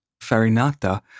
Farinata